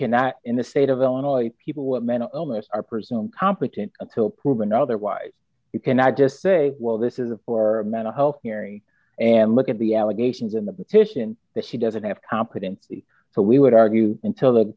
cannot in the state of illinois people with mental illness are presumed competent until proven otherwise you cannot just say well this is a for mental health hearing and look at the allegations in the patient that she doesn't have competent for we would argue until the